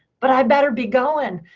but i better be going,